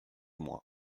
moi